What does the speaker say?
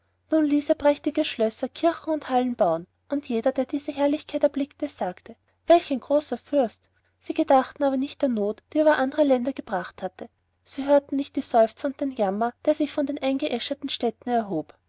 er prächtige schlösser kirchen und hallen bauen und jeder der diese herrlichkeit erblickte sagte welch großer fürst sie gedachten aber nicht der not die er über andere länder gebracht hatte sie hörten nicht die seufzer und den jammer der sich von den eingeäscherten städten erhob